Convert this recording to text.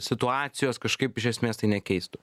situacijos kažkaip iš esmės tai nekeistų